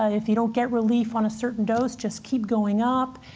ah if you don't get relief on a certain dose, just keep going up.